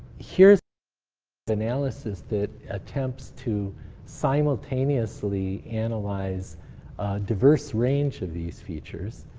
here's the analysis that attempts to simultaneously analyze a diverse range of these features,